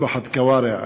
משפחת קווארע,